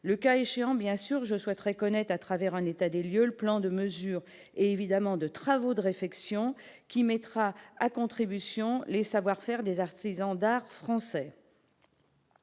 le cas échéant, bien sûr, je souhaiterai connaître à travers un état des lieux, le plan de mesures évidemment de travaux de réfection qui mettra à contribution les savoir-faire des artisans d'art français.